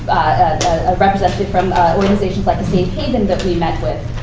a representative from organizations like the safe haven that we met with.